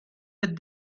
but